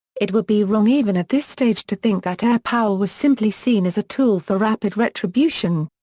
it would be wrong even at this stage to think that air power was simply seen as a tool for rapid retribution.